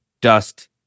dust